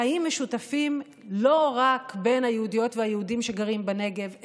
חיים משותפים לא רק בין היהודיות והיהודים שגרים בנגב,